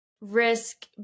risk